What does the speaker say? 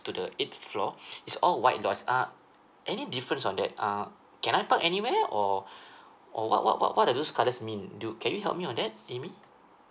to the eighth floor is all white lots uh any difference on that uh can I park anywhere or what what what what does those colours mean do can you help me on that amy